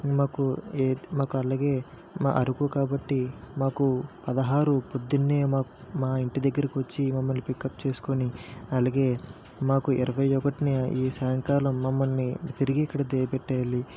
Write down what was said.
మాకు ఏత్ మాకు అలాగే మా అరుకు కాబట్టి మాకు పదహారు పొద్దున్నే మాక్ మా ఇంటి దగ్గరికి వచ్చి మమ్మల్ని పికప్ చేసుకొని అలాగే మాకు ఇరవై ఒకటిన ఈ సాయంకాలం మమ్మల్ని తిరిగి ఇక్కడ దిగబెట్టేయాలి